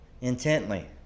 intently